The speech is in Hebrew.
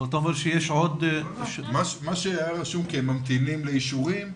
אבל אתה אומר שיש עוד --- מה שהיה רשום כממתינים לאישורים,